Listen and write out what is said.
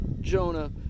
Jonah